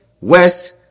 west